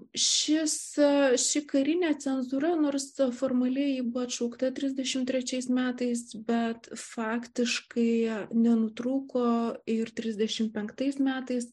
šis ši karinė cenzūra nors formaliai ji buvo atšaukta trisdešimt trečiais metais bet faktiškai nenutrūko ir trisdešimt penktais metais